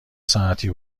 ساعتی